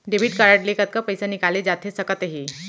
Debit card ले कतका पइसा निकाले जाथे सकत हे?